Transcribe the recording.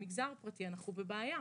במגזר הפרטי אנחנו בבעיה.